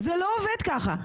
זה לא עובד כך.